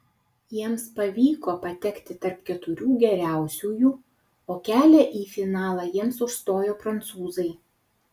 jiems pavyko patekti tarp keturių geriausiųjų o kelią į finalą jiems užstojo prancūzai